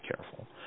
careful